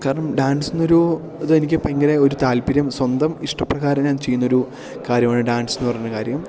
കാരണം ഡാൻസെന്നൊരു ഇത് എനിക്ക് ഭയങ്കര ഒരു താൽപര്യം സ്വന്തം ഇഷ്ടപ്രകാരം ഞാൻ ചെയ്യുന്നൊരു കാര്യമാണ് ഡാൻസെന്നു പറയുന്ന കാര്യം